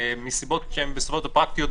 מסיבות פרקטיות,